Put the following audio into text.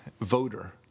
voter